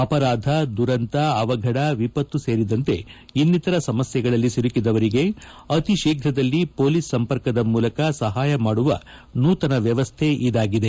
ಅಪರಾಧ ದುರಂತ ಅವಘಡ ವಿಪತ್ತು ಸೇರಿದಂತೆ ಇನ್ನಿತರ ಸಮಸ್ನೆಗಳಲ್ಲಿ ಸಿಲುಕಿದವರಿಗೆ ಅತಿ ಶೀಘದಲ್ಲಿ ಪೊಲೀಸ್ ಸಂಪರ್ಕದ ಮೂಲಕ ಸಹಾಯ ಮಾಡುವ ನೂತನ ವ್ಯವಸ್ಥೆ ಇದಾಗಿದೆ